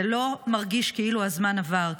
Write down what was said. זה לא מרגיש כאילו הזמן עבר,